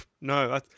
no